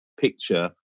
picture